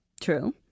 True